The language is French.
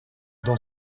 dans